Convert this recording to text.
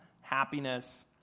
happiness